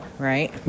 right